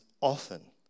often